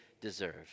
deserve